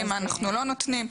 מה אנחנו לא נותנים.